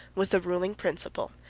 was the ruling principle,